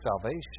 salvation